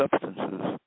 substances